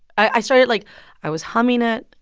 i started, like i was humming it.